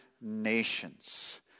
nations